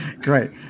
great